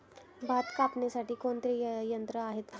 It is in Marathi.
भात कापणीसाठी कोणते यंत्र आहेत का?